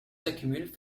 s’accumulent